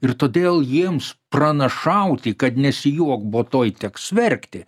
ir todėl jiems pranašauti kad nesijuok bo tuoj teks verkti